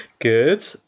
Good